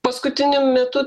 paskutiniu metu